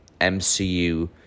MCU